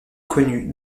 connue